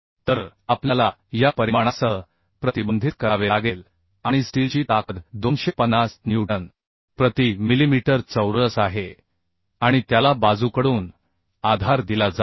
तर आपल्याला या परिमाणासह प्रतिबंधित करावे लागेल आणि स्टीलची ताकद 250 न्यूटन प्रति मिलिमीटर चौरस आहे आणि त्याला बाजूकडून आधार दिला जातो